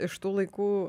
iš tų laikų